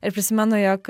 ir prisimenu jog